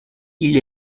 elle